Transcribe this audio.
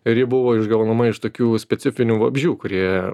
ir ji buvo išgaunama iš tokių specifinių vabzdžių kurie